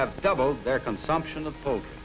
have doubled their consumption of folk